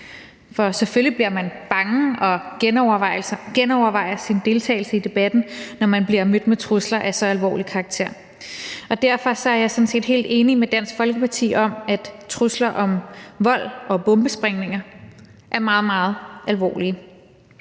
For selvfølgelig bliver man bange og genovervejer sin deltagelse i debatten, når man bliver mødt med trusler af så alvorlig karakter. Derfor er jeg sådan set helt enig med Dansk Folkeparti i, at trusler om vold og bombesprængninger er meget, meget alvorlige.